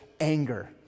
anger